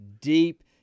deep